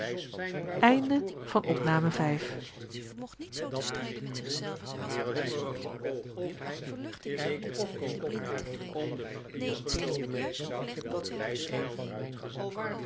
van op dien